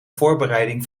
voorbereiding